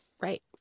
Right